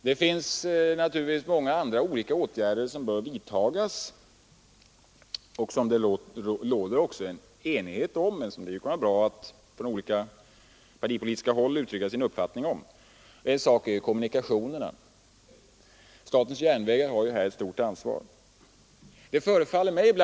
Det finns naturligtvis också många andra åtgärder som bör vidtas, åtgärder som det råder enighet om men som det ändå kan vara bra att olika partier uttrycker sin uppfattning om. En sådan sak är kommunikationerna. Statens järnvägar har här ett stort ansvar.